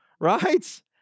Right